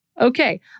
Okay